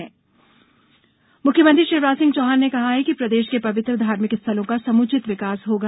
धार्मिक स्थल विकास मुख्यमंत्री शिवराज सिंह चौहान ने कहा है कि प्रदेश के पवित्र धार्मिक स्थलों का समुचित विकास होगा